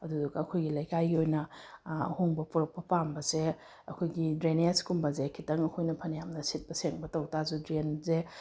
ꯑꯗꯨꯗꯨꯒ ꯑꯩꯈꯣꯏꯒꯤ ꯂꯩꯀꯥꯏꯒꯤ ꯑꯣꯏꯅ ꯑꯍꯣꯡꯕ ꯄꯨꯔꯛꯄ ꯄꯥꯝꯕꯁꯦ ꯑꯩꯈꯣꯏꯒꯤ ꯗ꯭ꯔꯦꯟꯅꯦꯁꯀꯨꯝꯕꯁꯦ ꯈꯤꯇꯪ ꯑꯩꯈꯣꯏꯅ ꯐꯅꯌꯥꯝꯅ ꯁꯤꯠꯄ ꯁꯦꯡꯕ ꯇꯧ ꯇꯥꯔꯁꯨ ꯗ꯭ꯔꯦꯟꯁꯦ